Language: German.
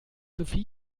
sophie